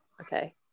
Okay